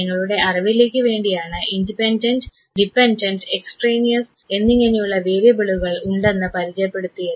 നിങ്ങളുടെ അറിവിലേക്ക് വേണ്ടിയാണ് ഇൻഡിപെൻഡൻറ് ഡിപെൻഡൻറ് എക്സ്ട്രേനിയസ് എന്നിങ്ങനെ വേരിയബിളുകൾ ഉണ്ടെന്ന് പരിചയപ്പെടുത്തിയത്